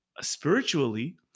spiritually